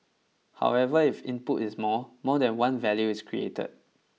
however if input is more more than one value is created